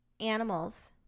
animals